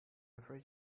afraid